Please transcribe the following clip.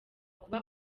kuba